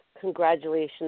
congratulations